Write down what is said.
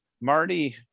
Marty